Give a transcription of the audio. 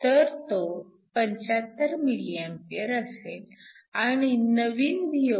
तर तो 75 mA असेल आणि नवीन Voc